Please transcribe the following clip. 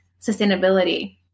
sustainability